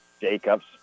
Jacobs